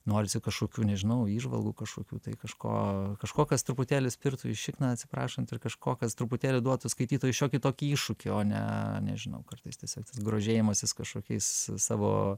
norisi kažkokių nežinau įžvalgų kažkokių tai kažko kažko kas truputėlį spirtų į šikną atsiprašant ir kažko kas truputėlį duotų skaitytojui šiokį tokį iššūkį o ne nežinau kartais tiesiog grožėjimasis kažkokiais savo